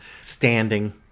standing